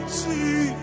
see